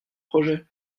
projet